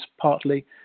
partly